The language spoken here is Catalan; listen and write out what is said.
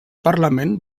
parlament